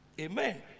Amen